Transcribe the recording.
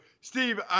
Steve